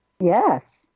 Yes